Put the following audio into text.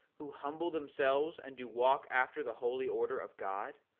who humble themselves and do walk after the holy order of god,